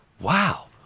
wow